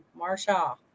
Marsha